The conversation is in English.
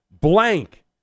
blank